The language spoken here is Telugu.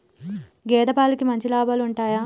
గేదే పాలకి మంచి లాభాలు ఉంటయా?